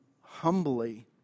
humbly